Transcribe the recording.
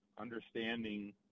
understanding